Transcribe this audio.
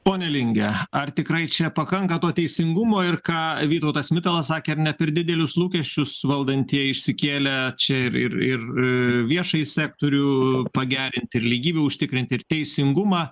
pone linge ar tikrai čia pakanka to teisingumo ir ką vytautas mitalas sakė ar ne per didelius lūkesčius valdantieji išsikėlę čia ir ir viešąjį sektorių pagerinti ir lygybę užtikrinti ir teisingumą